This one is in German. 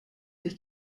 sich